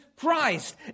Christ